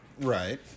Right